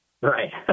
Right